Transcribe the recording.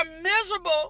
miserable